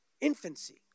Infancy